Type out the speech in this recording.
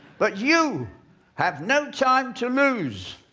but you have no time to lose.